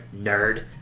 nerd